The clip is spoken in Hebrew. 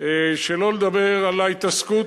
שלא לדבר על ההתעסקות,